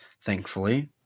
thankfully